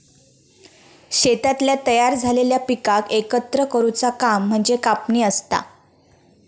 शेतातल्या तयार झालेल्या पिकाक एकत्र करुचा काम म्हणजे कापणी असता